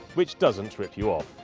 which doesn't rip you off.